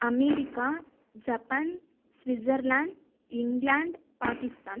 America Japan Switzerland England Pakistan